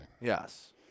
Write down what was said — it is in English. Yes